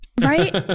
right